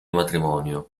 matrimonio